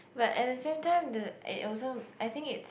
but at the same time the it also I think it's